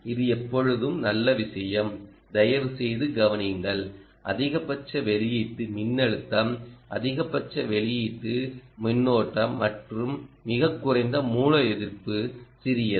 இது எப்போதும் நல்ல விஷயம் தயவுசெய்து கவனியுங்கள் அதிகபட்ச வெளியீட்டு மின்னழுத்தம் அதிகபட்ச வெளியீடு மின்னோட்டம் மற்றும் மிகக் குறைந்த மூல எதிர்ப்பு சிறியது